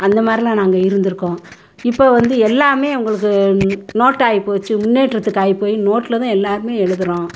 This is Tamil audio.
அந்தமாதிரிலாம் நாங்கள் இருந்திருக்கோம் இப்போ வந்து எல்லாமே உங்களுக்கு நோட்டாகிப் போச்சு முன்னேற்றத்துக்கு ஆகி போய் நோட்டில் தான் எல்லோருமே எழுதுறோம்